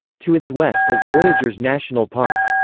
to its west is voyageurs national park.